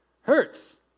hurts